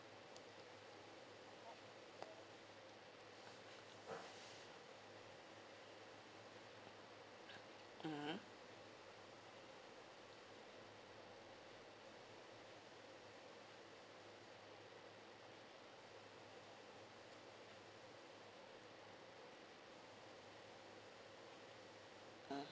mmhmm mmhmm